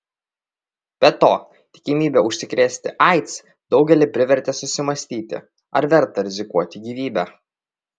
be to tikimybė užsikrėsti aids daugelį privertė susimąstyti ar verta rizikuoti gyvybe